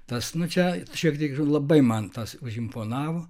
tas nu čia šiek tiek labai man tas užimponavo